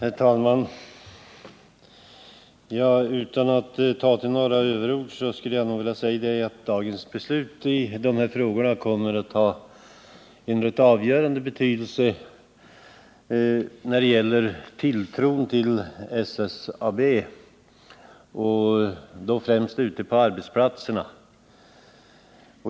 Herr talman! Utan att ta till några överord skulle jag vilja säga att dagens beslut i dessa frågor kommer att ha en rätt avgörande betydelse när det gäller tilltron till SSAB, och då främst ute på arbetsplatserna.